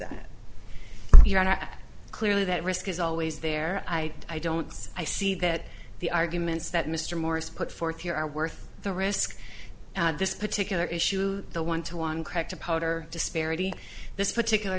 are clearly that risk is always there i i don't i see that the arguments that mr morris put forth here are worth the risk this particular issue the one to one crack to powder disparity this particular